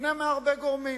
נקנה מהרבה גורמים.